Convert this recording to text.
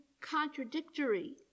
contradictory